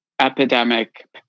epidemic